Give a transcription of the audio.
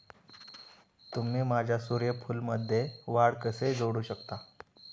तुम्ही माझ्या सूर्यफूलमध्ये वाढ कसे जोडू शकता?